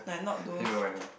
I know I know